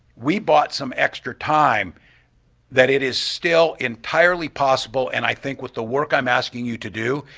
we bought some extra time that it is still entirely possible and i think with the work i'm asking you to do,